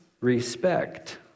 respect